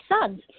sons